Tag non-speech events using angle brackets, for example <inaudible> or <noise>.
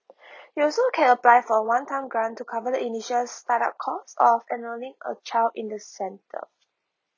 <breath> you also can apply for one time grand to cover the initial start up cost of annulling a child in the center